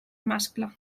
mascle